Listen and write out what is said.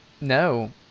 No